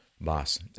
boss